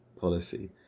policy